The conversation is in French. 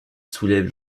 soulèvent